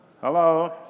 Hello